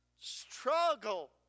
struggle